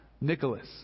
Nicholas